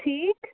ٹھیٖک